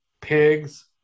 pigs